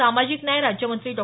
सामाजिक न्याय राज्यमंत्री डॉ